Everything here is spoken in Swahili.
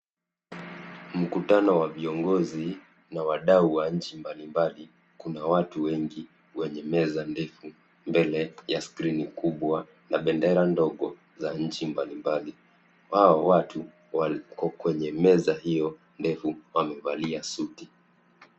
Mkutano wa viongozi na wadau wa nchi mbalimbali. Kuna watu wengi wenye meza ndefu mbele ya skrini kubwa na bendera ndogo za nchi mbalimbali. Hao watu wako kwenye meza hiyo ndefu, wamevalia suti.